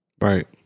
Right